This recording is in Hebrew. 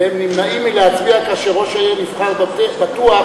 והם נמנעים מלהצביע כאשר ראש העיר נבחר בטוח,